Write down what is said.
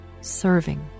serving